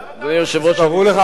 סגן יושב-ראש